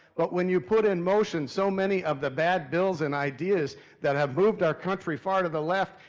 but when you put in motion so many of the bad bills and ideas that have moved our country far to the left,